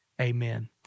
Amen